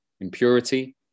impurity